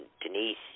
Denise